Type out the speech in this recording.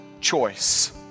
choice